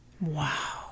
Wow